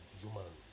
human